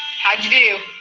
how'd you do?